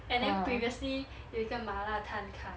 and then previously 有一个麻辣摊开